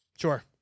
Sure